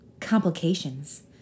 complications